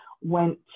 went